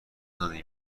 زندگی